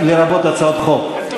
לרבות הצעות חוק.